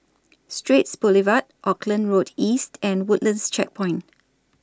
Straits Boulevard Auckland Road East and Woodlands Checkpoint